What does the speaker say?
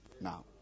now